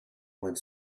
went